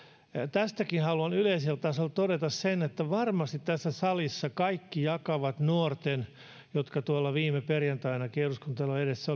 tästäkin haluan yleisellä tasolla todeta että varmasti tässä salissa kaikki jakavat nuorten jotka viime perjantainakin eduskuntatalon edessä